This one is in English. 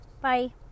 Bye